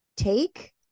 take